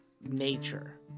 nature